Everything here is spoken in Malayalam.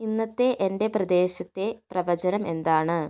ഇന്നത്തെ എന്റെ പ്രദേശത്തെ പ്രവചനം എന്താണ്